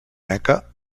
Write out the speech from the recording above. meca